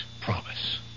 promise